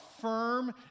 firm